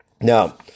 Now